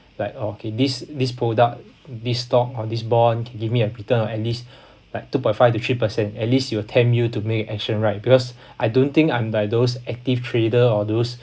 like okay this this product this stock or this bond can give me a return of at least like two point five to three percent at least it will tempt you to make action right because I don't think I'm like those active trader or those